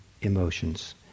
emotions